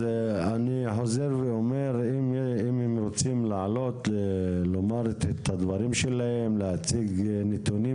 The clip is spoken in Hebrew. אני חוזר ואומר שאם הם רוצים לומר את הדברים שלהם ולהציג נתונים,